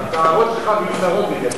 ההערות שלך מיותרות מדי פעם.